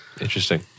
Interesting